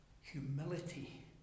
humility